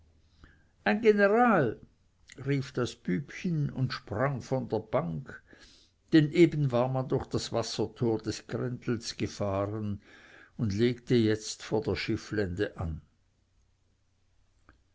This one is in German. ein general rief das bübchen und sprang von der bank denn eben war man durch das wassertor des grendels gefahren und legte jetzt vor der schifflände an